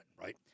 right